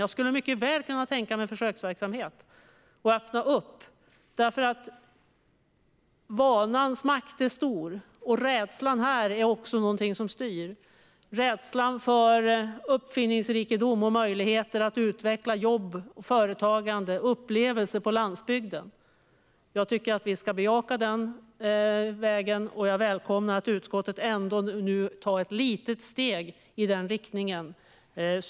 Jag skulle mycket väl kunna tänka mig en försöksverksamhet, därför att vanans makt är stor och rädslans makt också här är någonting som styr - rädslan för uppfinningsrikedom och möjlighet att utveckla jobb, företag och upplevelser på landsbygden. Jag tycker att vi ska bejaka den här vägen, och jag välkomnar att utskottet nu ändå tar ett litet steg i den riktningen.